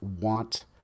want